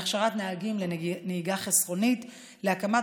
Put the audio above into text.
להכשרת נהגים לנהיגה חסכונית ולהקמת